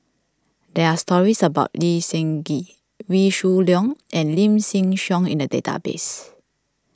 there are stories about Lee Seng Gee Wee Shoo Leong and Lim Chin Siong in the database